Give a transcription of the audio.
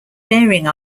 bering